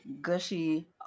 gushy